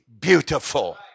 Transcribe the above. beautiful